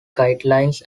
guidelines